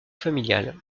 familial